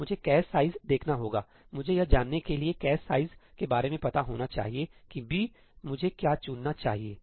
तो मुझे cache size देखना होगामुझे यह जानने के लिए कैश साइज़ के बारे में पता होना चाहिए कि 'b' मुझे क्या चुनना चाहिए